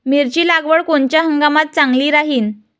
मिरची लागवड कोनच्या हंगामात चांगली राहीन?